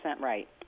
right